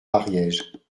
ariège